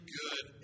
good